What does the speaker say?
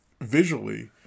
visually